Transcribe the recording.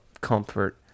comfort